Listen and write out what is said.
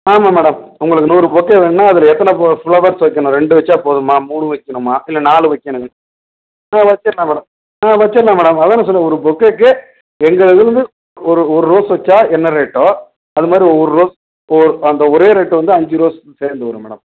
ஆமாம் மேடம் உங்களுக்கு நூறு பொக்கே வேணும்னா அதில் எத்தனை ப ஃப்ளவர்ஸ் வைக்கணும் ரெண்டு வச்சால் போதுமா மூணு வைக்கணுமா இல்லை நாலு வைக்கணும் ஆ வச்சிடலாம் மேடம் ஆ வச்சிடலாம் மேடம் அதுதான் நான் சொல்கிறேன் ஒரு பொக்கேக்கு எங்கே இது வந்து ஒரு ஒரு ரோஸ் வச்சால் என்ன ரேட்டோ அது மாதிரி ஒவ்வொரு ரோஸ் ஓ அந்த ஒரே ரேட் வந்து அஞ்சு ரோஸ் சேர்ந்து வரும் மேடம்